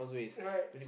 right